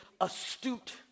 astute